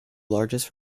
largest